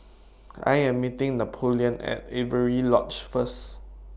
I Am meeting Napoleon At Avery Lodge First